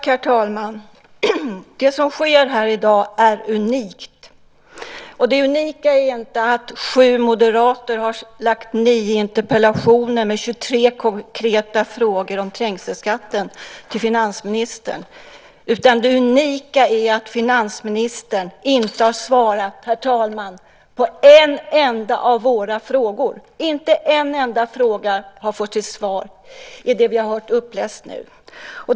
Herr talman! Det som sker här i dag är unikt. Det unika är inte att sju moderater har lagt fram nio interpellationer med 23 konkreta frågor om trängselskatten till finansministern. Det unika är att finansministern, herr talman, inte har svarat på en enda av våra frågor. Inte en enda fråga har fått ett svar i det vi nu har hört.